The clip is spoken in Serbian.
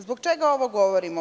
Zbog čega ovo govorimo?